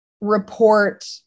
report